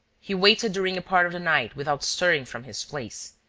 he waited during a part of the night without stirring from his place,